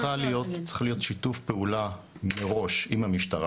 צריך להיות שיתוף פעולה מראש עם המשטרה,